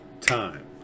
time